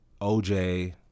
OJ